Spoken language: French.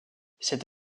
cette